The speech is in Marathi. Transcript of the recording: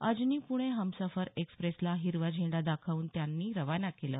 अजनी प्रणे हमसफर एक्स्प्रेसला हिरवा झेंडा दाखवून त्यांनी रवाना केलं